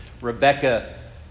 Rebecca